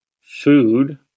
food